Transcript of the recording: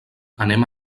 anem